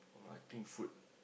but I think food